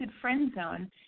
friend-zone